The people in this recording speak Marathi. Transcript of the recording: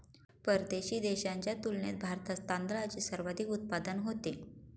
परदेशी देशांच्या तुलनेत भारतात तांदळाचे सर्वाधिक उत्पादन होते